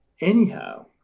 anyhow